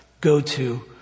go-to